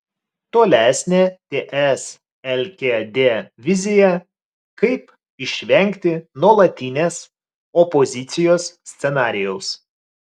tolesnė ts lkd vizija kaip išvengti nuolatinės opozicijos scenarijaus